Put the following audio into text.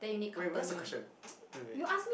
wait where's the question wait wait wait